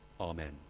Amen